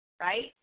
Right